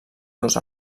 dos